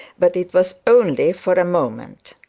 but it was only for a moment.